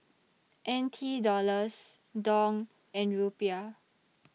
N T Dollars Dong and Rupiah